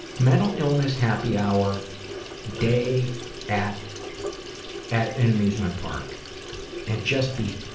mental illness happy hour day at at an amusement park and just be